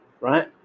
right